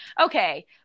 Okay